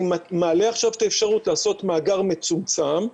אני מעלה עכשיו את האפשרות לעשות מאגר מצומצם,